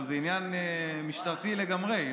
אבל זה עניין משטרתי לגמרי,